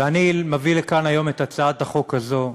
ואני מביא לכאן היום את הצעת החוק הזו,